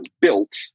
built